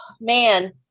man